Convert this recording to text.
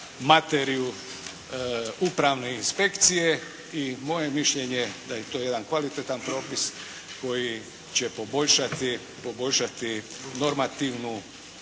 materiju upravne inspekcije i moje mišljenje je da je to jedan kvalitetan propis koji će poboljšati normativnu